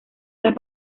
las